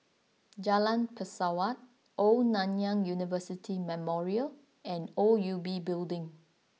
Jalan Pesawat Old Nanyang University Memorial and O U B Building